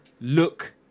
look